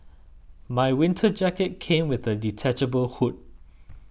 my winter jacket came with a detachable hood